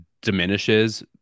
diminishes